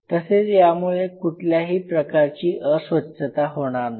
तसेच त्यामुळे कुठल्याही प्रकारची अस्वच्छता होणार नाही